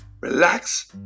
relax